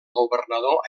governador